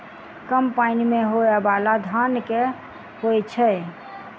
कम पानि मे होइ बाला धान केँ होइ छैय?